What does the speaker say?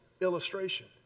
illustration